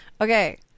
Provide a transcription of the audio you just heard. okay